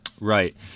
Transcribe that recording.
Right